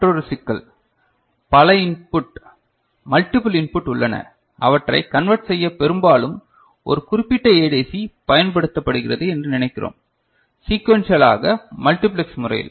மற்றொரு சிக்கல் பல இன்புட் மல்டிபிள் இன்புட் உள்ளன அவற்றை கன்வர்ட் செய்ய பெரும்பாலும் ஒரு குறிப்பிட்ட ஏடிசி பயன்படுத்தப்படுகிறது என்று நினைக்கிறோம் சீகுவென்ஷியலாக மல்டிப்ளெக்ஸ் முறையில்